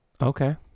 Okay